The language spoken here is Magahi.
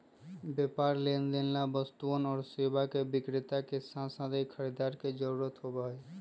व्यापार लेनदेन ला वस्तुअन और सेवा के विक्रेता के साथसाथ एक खरीदार के जरूरत होबा हई